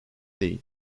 değil